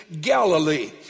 Galilee